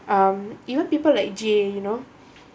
um even people like jane you know